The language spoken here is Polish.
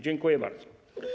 Dziękuję bardzo.